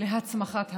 להצמחת המשק,